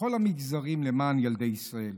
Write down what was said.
בכל המגזרים למען ילדי ישראל.